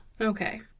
Okay